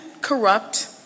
corrupt